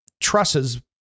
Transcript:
trusses